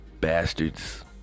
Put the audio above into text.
Bastards